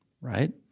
right